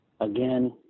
again